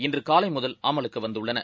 இன்று காலை முதல் அமலுக்கு வந்துள்ளன